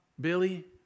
Billy